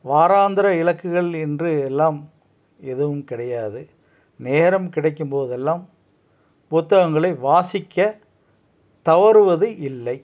வாராந்திர இலக்குகள் என்று எல்லாம் எதுவும் கிடையாது நேரம் கிடைக்கும்போதெல்லாம் புத்தகங்களை வாசிக்க தவறுவது இல்லை